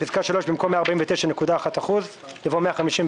(ג)בפסקה (3), במקום "149.1%" יבוא "151.6%".